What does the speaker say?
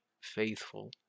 faithful